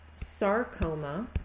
sarcoma